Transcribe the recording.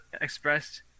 expressed